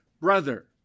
brother